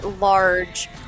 large